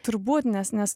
turbūt nes nes